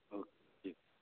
जी जी